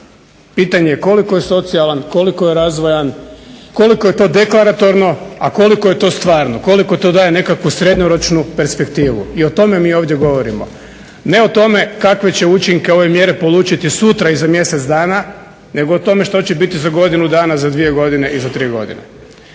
Pitanje je koliko je socijalan, koliko je razvojan, koliko je to deklatorno, a koliko je to stvarno, koliko to daje nekakvu srednjoročnu perspektivu i o tome mi ovdje govorimo. Ne o tome kakve će učinke ove mjere polučiti sutra i za mjesec dana nego o tome što će biti za godinu dana, za dvije godine i za tri godine.